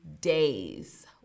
days